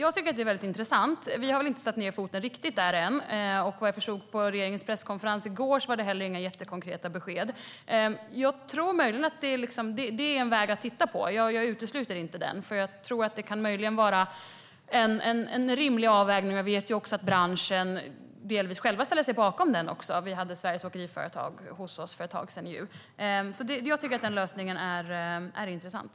Vi har ännu inte satt ned foten riktigt där, och av vad jag förstod av regeringens presskonferens i går var det inte några konkreta besked. Möjligen kan kvotplikt vara en väg att titta på. Jag utesluter inte den, och det kan vara en rimlig avvägning. Jag vet att branschen själv delvis ställer sig bakom en kvotplikt. Vi hade ett möte med Sveriges åkeriföretag för ett tag sedan, och jag tycker att den lösningen är intressant.